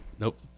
Nope